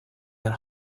that